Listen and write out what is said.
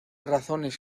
razones